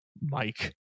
mike